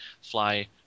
fly